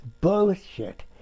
Bullshit